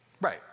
Right